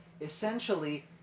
essentially